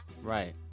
right